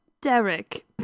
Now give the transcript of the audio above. Derek